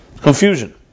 Confusion